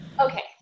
okay